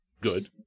Good